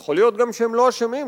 יכול להיות גם שהם לא אשמים,